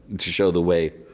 to show the way.